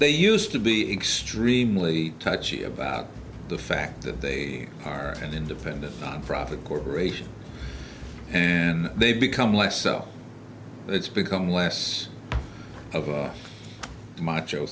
they used to be extremely touchy about the fact that they are an independent nonprofit corporation and they become less so it's become less of a macho